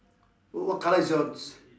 what colour is yours